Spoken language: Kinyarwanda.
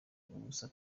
ubusa